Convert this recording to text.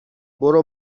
برو